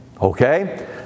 Okay